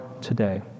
today